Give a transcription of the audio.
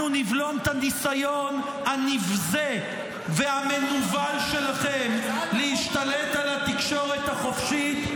אנחנו נבלום את הניסיון הנבזי והמנוול שלכם להשתלט על התקשורת החופשית.